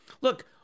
Look